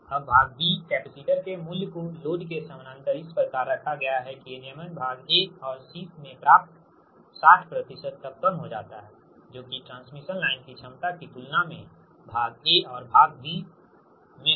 अब भाग B capacitor के मूल्य को लोड के समानांतर इस प्रकार रखा गया है कि नियमन भाग ए और सी में प्राप्त 60 तक कम हो जाता है जो कि ट्रांसमिशन लाइन की क्षमता की तुलना में भाग ए और भाग बी में होता है